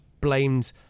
blamed